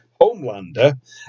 Homelander